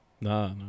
No